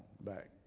back